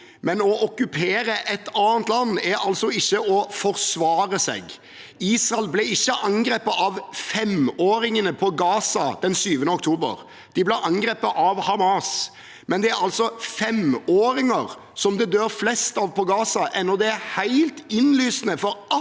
men å okkupere et annet land er ikke å forsvare seg. Israel ble ikke angrepet av femåringene på Gaza den 7. oktober. De ble angrepet av Hamas. Men det er altså femåringer det dør flest av på Gaza, selv om det er helt innlysende for